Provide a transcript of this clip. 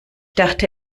dachte